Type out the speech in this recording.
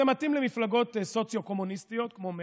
זה מתאים למפלגות סוציו-קומוניסטיות כמו מרצ.